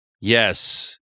Yes